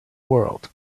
world